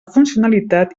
funcionalitat